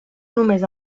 només